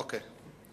אוקיי,